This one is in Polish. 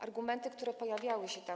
Argumenty, które pojawiały się tam.